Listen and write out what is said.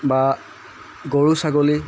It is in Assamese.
বা গৰু ছাগলী